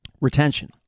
Retention